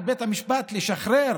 על בית המשפט לשחרר